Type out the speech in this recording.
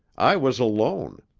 i was alone.